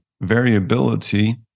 variability